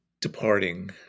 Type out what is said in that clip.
departing